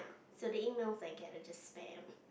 so the emails I get are just spams